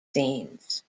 scenes